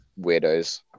weirdos